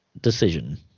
decision